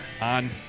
on